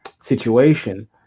situation